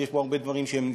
יש בו הרבה דברים שהם נפלאים.